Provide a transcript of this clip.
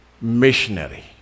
missionary